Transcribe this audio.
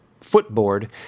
footboard